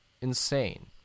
insane